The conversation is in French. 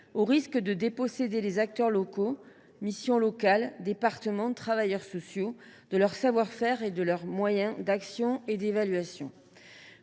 au risque de déposséder les acteurs locaux (missions locales, départements, travailleurs sociaux…) de leur savoir faire et de leurs moyens d’action et d’évaluation.